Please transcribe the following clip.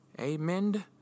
Amen